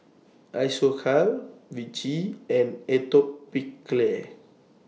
Isocal Vichy and Atopiclair